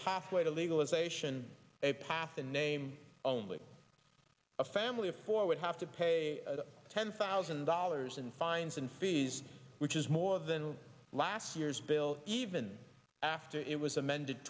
pathway to legalization a path in name only a family of four would have to pay ten thousand dollars in fines and fees which is more than last year's bill even after it was amended